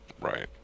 Right